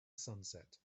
sunset